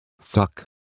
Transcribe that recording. fuck